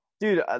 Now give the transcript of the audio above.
dude